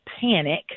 panic